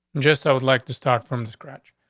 just i would like to start from the scratch.